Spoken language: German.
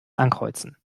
ankreuzen